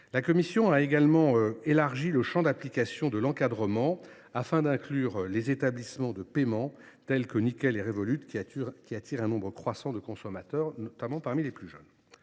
La commission a par ailleurs élargi le champ d’application de l’encadrement, afin d’inclure les établissements de paiement tels que Nickel et Revolut, qui attirent un nombre croissant de consommateurs, notamment parmi les plus jeunes.